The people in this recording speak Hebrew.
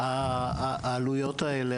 העלויות האלה